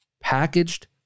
packaged